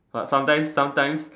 but sometime sometime